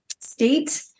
state